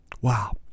Wow